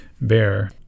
bear